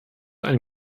ein